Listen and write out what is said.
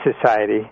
Society